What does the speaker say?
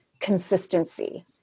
consistency